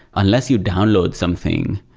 unless you download something,